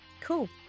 Cool